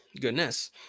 goodness